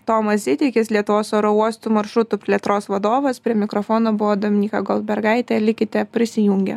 tomas zitikis lietuvos oro uostų maršrutų plėtros vadovas prie mikrofono buvo dominyka goldbergaitė likite prisijungę